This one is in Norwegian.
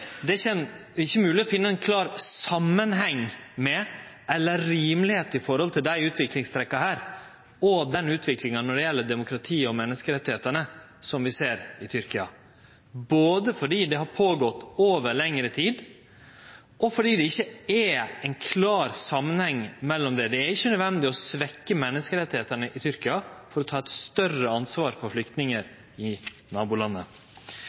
at det ikkje er mogleg å finne ein klar samanheng mellom – eller det rimelege i – utviklingstrekka her, og den utviklinga når det gjeld demokrati og menneskerettane som vi ser i Tyrkia, både fordi det har skjedd over lengre tid, og fordi det ikkje er ein klar samanheng mellom dei. Det er ikkje nødvendig å svekkje menneskerettane i Tyrkia for å ta eit større ansvar for flyktningar i nabolandet.